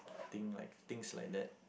think like things like that